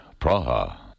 Praha